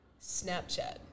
Snapchat